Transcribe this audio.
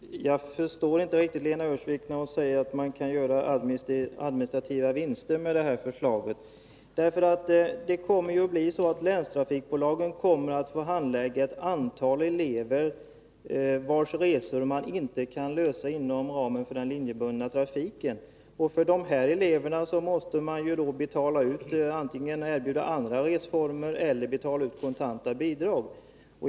Herr talman! Jag förstår inte riktigt Lena Öhrsvik när hon säger att man kan göra administrativa vinster, om det här förslaget genomförs. Länstrafikbolagen kommer ju att få handlägga ärenden angående ett antal elever, vilkas resor man inte kan klara inom ramen för den linjebundna trafiken. De här eleverna måste man ju antingen erbjuda andra resformer eller ge kontanta bidrag.